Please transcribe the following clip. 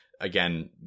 again